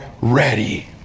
ready